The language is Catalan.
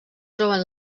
troben